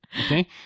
Okay